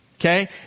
Okay